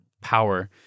power